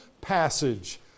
passage